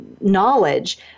knowledge